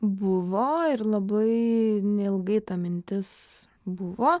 buvo ir labai neilgai ta mintis buvo